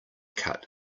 cut